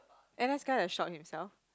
N_S guy that shot himself